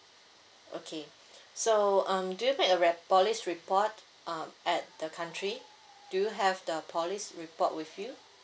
okay so um did you make re~ police report uh at the country do you have the police report with you